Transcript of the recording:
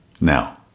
Now